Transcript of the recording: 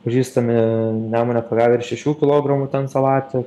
pažįstami nemune pagavę ir šešių kilogramų ten salatį